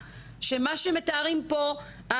אם יש פערים שנוגעים ליישום של חקיקה